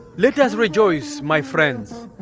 let us rejoice, my friends.